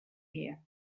here